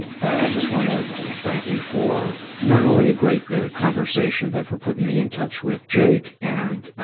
but i just wanna thank you for, not only a greet conversation, but for putting me in touch with jake and,